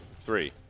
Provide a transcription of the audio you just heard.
Three